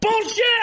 Bullshit